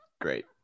great